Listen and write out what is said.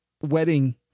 wedding